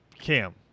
Cam